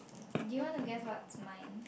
do you want to guess what's mine